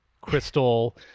crystal